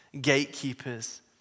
gatekeepers